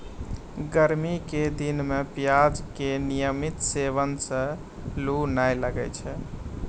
गर्मी के दिनों मॅ प्याज के नियमित सेवन सॅ लू नाय लागै छै